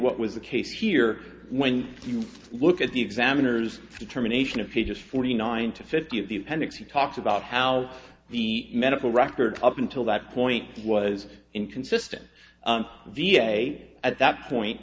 what was the case here when you look at the examiners determination of pages forty nine to fifty of the appendix he talks about how the medical records up until that point was inconsistent d n a at that point